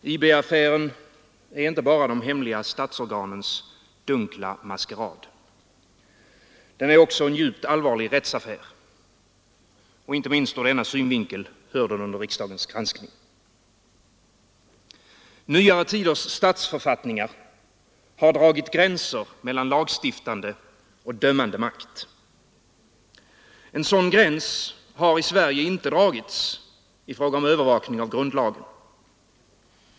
Herr talman! IB-affären är inte bara de hemliga statsorganens dunkla maskerad. Den är också en djupt allvarlig rättsaffär. Inte minst ur denna synvinkel hör den under riksdagens granskning. Nyare tiders statsförfattningar har dragit gränser mellan lagstiftande och dömande makt. En sådan gräns har i Sverige inte dragits i fråga om övervakning av grundlagen.